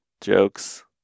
jokes